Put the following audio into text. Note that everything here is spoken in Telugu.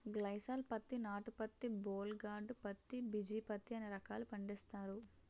గ్లైసాల్ పత్తి నాటు పత్తి బోల్ గార్డు పత్తి బిజీ పత్తి అనే రకాలు పండిస్తారు